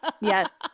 Yes